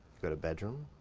go to bedroom.